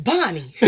Bonnie